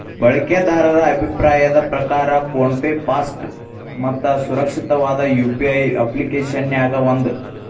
ಬಳಕೆದಾರರ ಅಭಿಪ್ರಾಯದ್ ಪ್ರಕಾರ ಫೋನ್ ಪೆ ಫಾಸ್ಟ್ ಮತ್ತ ಸುರಕ್ಷಿತವಾದ ಯು.ಪಿ.ಐ ಅಪ್ಪ್ಲಿಕೆಶನ್ಯಾಗ ಒಂದ